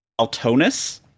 altonus